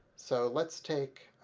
so let's take